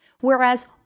whereas